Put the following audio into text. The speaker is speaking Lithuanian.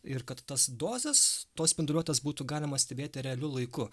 ir kad tas dozes tos spinduliuotės būtų galima stebėti realiu laiku